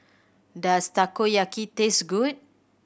does Takoyaki taste good